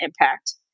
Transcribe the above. impact